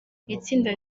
itsinda